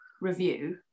review